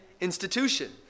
institution